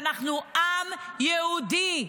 שאנחנו עם יהודי.